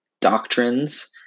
doctrines